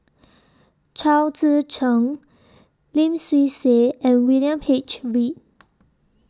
Chao Tzee Cheng Lim Swee Say and William H Read